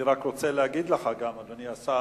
אני רק רוצה להגיד לך, אדוני השר,